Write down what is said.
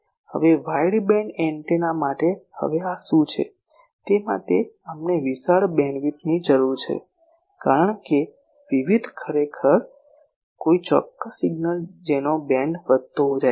હવે wide band antenna માટે હવે આ શું છે તે માટે અમને વિશાળ બેન્ડવિડ્થની જરૂર છે કારણ કે વિવિધ ખરેખર કોઈ ચોક્કસ સિગ્નલ જેનો બેન્ડ વધતો જાય છે